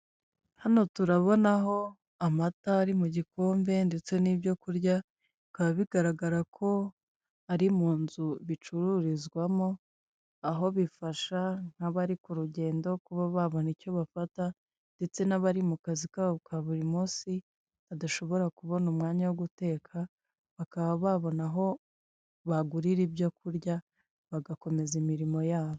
Umugore wicaye ku ntebe y'umweru , umugore wambaye ikanzu y'ubururu ndetse na marinete, kuruhande rwe hariho umutako uhagaze, ugaragaza igishushanyo cy'umugore wikoreye agaseke ku mutwe, kuruhande hari agatako gafite akantu k'umuhondo.